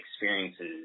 experiences